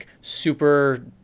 super